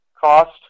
cost